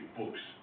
books